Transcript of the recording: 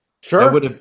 Sure